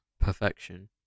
perfection